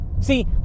See